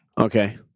Okay